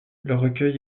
recueil